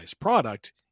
product